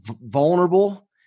vulnerable